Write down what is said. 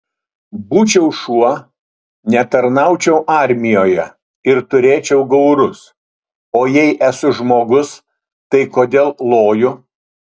būčiau šuo netarnaučiau armijoje ir turėčiau gaurus o jei esu žmogus tai kodėl loju